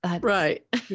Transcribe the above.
Right